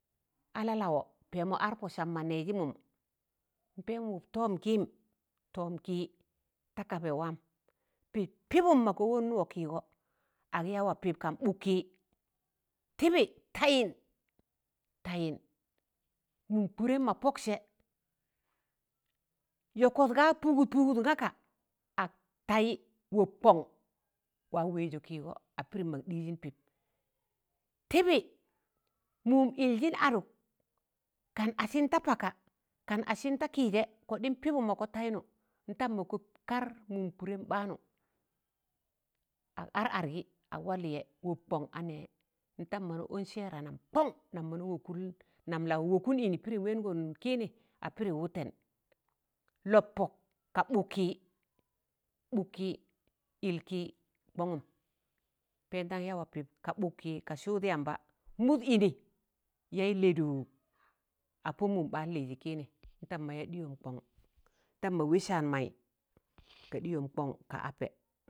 A lalawọ pẹẹmọ ar pọ sam ma nẹẹzịmụm, pẹẹm ụb tọọmkịịm tọọmkịị ta kaba waam, pịd pịbụm maga wẹẹn wọọkịgọ ag ya wa pịp kan ɓụk kị. Tịbị tayịn. tayịn mụm kụdẹm mọ pọk sẹ yọkọt ga pụgụt pụgụt gaka ak tayị, wọp kọn wa wẹẹjọ kịịgọ a pịdịm mog dịjịn pịp. Tịbị mụụm ịljịn adụk kan asịn da paka kan asịn da ki jẹ kọɗịm pịbụm mọka taịnụ n'tam mọka kad mụụm kụdẹm ɓaanụ. Ak ar adgị ag wa lịyẹ. wọp kọn a nẹẹ, ntam mana ọn sẹẹra nam nam lawọ wọkụn ịnị pịrịm wẹẹngọn kịịnị a pịrị wụtẹn. Lọp pọk ka ɓụk kịị, ɓụk kịị, ịlkịị kọṇgụm, pẹndan ya wa pịp ka ɓụk kịị, sụụd yamba mụd ịnị yaị lẹdụụk, apọ mụụm ɓaan lịịzị kịịnị ntam mọ ya ɗịyọm kọn tam mọ wẹẹ saan maị ka ɗịyọm kọn ka apẹ.